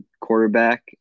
quarterback